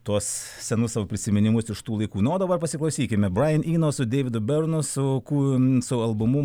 tuos senus savo prisiminimus iš tų laikų nu o dabar pasiklausykime brain ino su deividu bernosu kūn su albumu